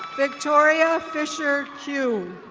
victoria fisher hugh.